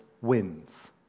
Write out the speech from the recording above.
wins